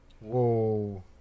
Whoa